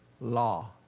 Law